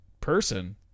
person